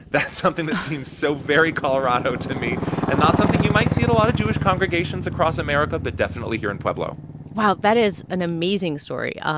that's something that seems so very colorado to me and not something you might see in a lot of jewish congregations across america, but definitely here in pueblo wow. that is an amazing story. um